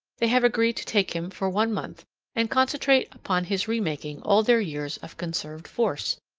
they have agreed to take him for one month and concentrate upon his remaking all their years of conserved force,